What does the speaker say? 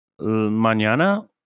mañana